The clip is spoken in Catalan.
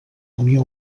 unió